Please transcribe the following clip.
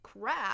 crap